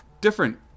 different